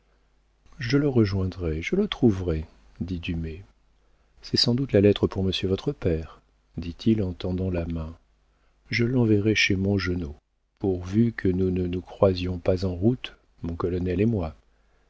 je le rejoindrai je le trouverai dit dumay c'est sans doute la lettre pour monsieur votre père dit-il en tendant la main je l'enverrai chez mongenod pourvu que nous ne nous croisions pas en route mon colonel et moi